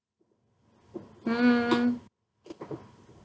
um